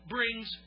brings